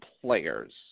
players